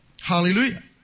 Hallelujah